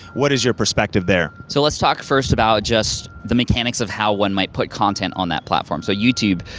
what is your perspective there? so let's talk first about just the mechanics of how one might put content on that platform. so youtube,